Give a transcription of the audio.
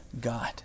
God